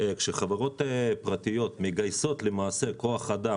כשחברות פרטיות מגייסות למעשה כוח אדם